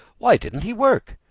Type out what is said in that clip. why didn't he work?